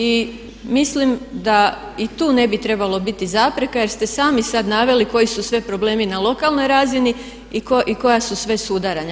I mislim da i tu ne bi trebalo biti zapreka jer ste sami sad naveli koji su sve problemi na lokalnoj razini i koja su sve sudaranja.